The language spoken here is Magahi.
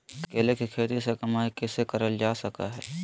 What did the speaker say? केले के खेती से कमाई कैसे कर सकय हयय?